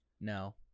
No